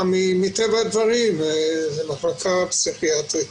כי מטבע הדברים זו מחלקה פסיכיאטרית.